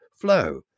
flow